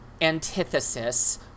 antithesis